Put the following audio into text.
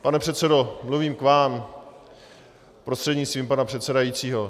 Pane předsedo, mluvím k vám, prostřednictvím pana předsedajícího.